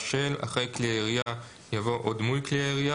אחרי "כלי ירייה" יבוא "או דמוי כלי ירייה",